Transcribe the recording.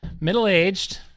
Middle-aged